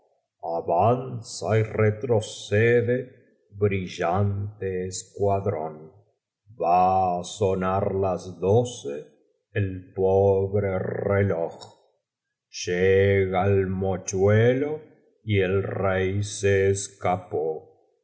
y retrocede briuantc escuadrón cuéntamela va á onar las doce el pobre reloj llega el mochuelo y el rey se escapó